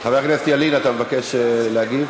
חבר הכנסת ילין, אתה מבקש להגיב?